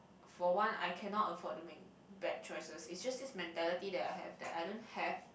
for one I cannot afford to make bad choices is just this mentality that I have that I don't have